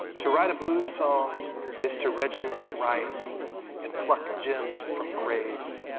to write a blues song is to regiment riots and pluck gems from graves.